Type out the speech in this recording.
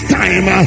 time